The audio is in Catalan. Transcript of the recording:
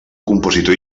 compositor